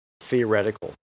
theoretical